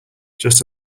just